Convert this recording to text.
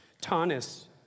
Tannis